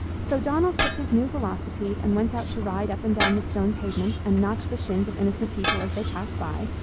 so donald took his new velocipede and went out to ride up and down the stone pavement and notch the shins of innocent people as they passed by,